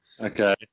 Okay